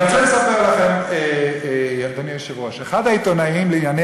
אני רוצה לספר לכם, אדוני היושב-ראש,